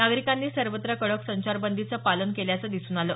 नागारिकांनी सर्वत्र कडक संचारबंदीचं पालन केल्याचं दिसून आलं